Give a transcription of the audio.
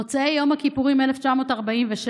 מוצאי יום הכיפורים 1946,